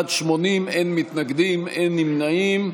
בעד, 80, אין מתנגדים ואין נמנעים.